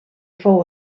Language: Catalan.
fou